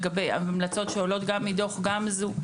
לגבי המלצות שעולות גם מתוך גמזו,